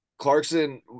Clarkson